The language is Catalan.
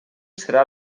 serà